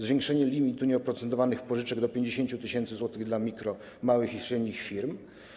Zwiększenie limitu nieoprocentowanych pożyczek do 50 tys. zł dla mikro-, małych i średnich firm.